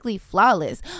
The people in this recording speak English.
Flawless